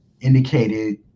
indicated